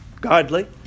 Godly